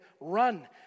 run